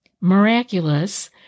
miraculous